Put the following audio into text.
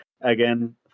again